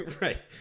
Right